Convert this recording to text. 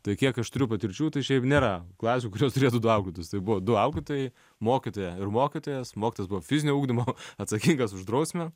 tai kiek aš turiu patirčių tai šiaip nėra klasių kurios turėtų auklėtojus tai buvo du auklėtojai mokytoja ir mokytojas mokytojas buvo fizinio ugdymo atsakingas už drausmę